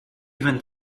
even